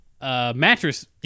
mattress